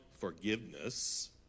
forgiveness